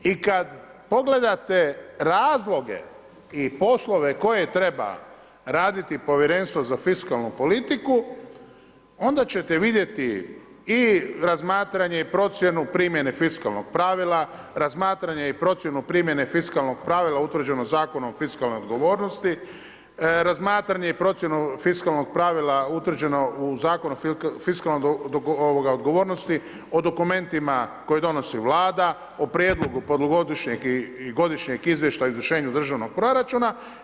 I kada pogledate razloge i poslove koje treba raditi Povjerenstvo za fiskalnu politiku, onda ćete vidjeti i razmatranje i procjenu primjene fiskalnog pravila, razmatranje i promjenu primjene fiskalnog pravila utvrđenog Zakonom o fiskalnoj odgovornosti, razmatranje i procjenu fiskalnog pravila utvrđeno u Zakonu o fiskalnoj odgovornosti, o dokumentima koje donosi Vlada, o prijedlogu polugodišnjeg i godišnjeg izvještaja o izvršenu državnog proračuna.